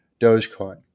dogecoin